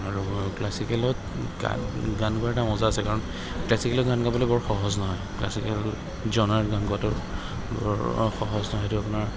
আৰু ক্লাছিকেলত গ গান গোৱাৰ এটা মজা আছে কাৰণ ক্লাছিকেলত গান গাবলৈ বৰ সহজ নহয় ক্লছিকেল জনাৰ গান গোৱাটো বৰ সহজ নহয় সেইটো আপোনাৰ